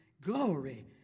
Glory